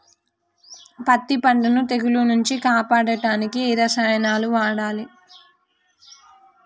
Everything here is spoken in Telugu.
పత్తి పంటని తెగుల నుంచి కాపాడడానికి ఏ రసాయనాలను వాడాలి?